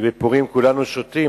ובפורים כולנו שותים,